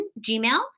gmail